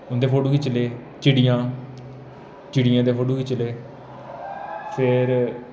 उं'दे फोटो खिच्ची ले चिड़ियां चिड़ियें दे फोटो खिच्ची ले फिर